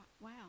Wow